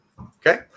Okay